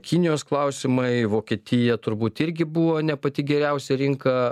kinijos klausimai vokietija turbūt irgi buvo ne pati geriausia rinka